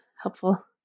helpful